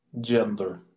gender